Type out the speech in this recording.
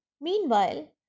Meanwhile